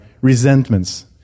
resentments